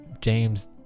james